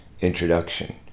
introduction